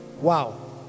wow